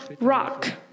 rock